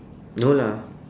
no lah